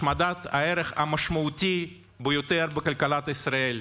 השמדת הערך המשמעותי ביותר בכלכלת ישראל,